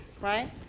right